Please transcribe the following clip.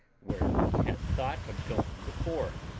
where we had thought of going before,